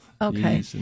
Okay